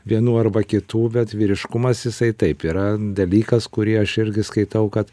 vienų arba kitų bet vyriškumas jisai taip yra dalykas kurį aš irgi skaitau kad